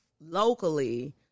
locally